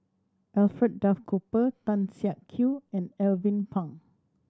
Alfred Duff Cooper Tan Siak Kew and Alvin Pang